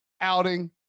outing